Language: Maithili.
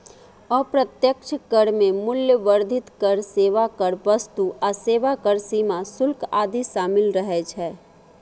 अप्रत्यक्ष कर मे मूल्य वर्धित कर, सेवा कर, वस्तु आ सेवा कर, सीमा शुल्क आदि शामिल रहै छै